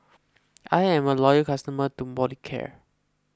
I'm a loyal customer of Molicare